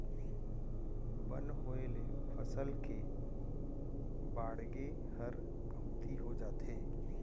बन होय ले फसल के बाड़गे हर कमती हो जाथे